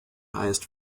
highest